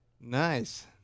Nice